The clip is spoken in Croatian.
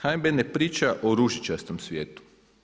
HNB ne priča o ružičastom svijetu.